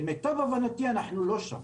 למיטב הבנתי, אנחנו לא שם.